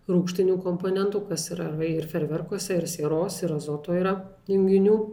rūgštinių komponentų kas yra ir ferverkuose ir sieros ir azoto yra junginių